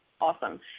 Awesome